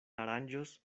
aranĝos